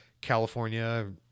California